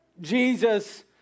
Jesus